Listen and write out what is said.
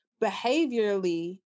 Behaviorally